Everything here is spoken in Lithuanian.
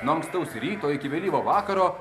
nuo ankstaus ryto iki vėlyvo vakaro